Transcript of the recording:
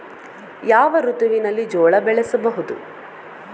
ಯಾವ ಋತುವಿನಲ್ಲಿ ಜೋಳ ಬೆಳೆಸಬಹುದು?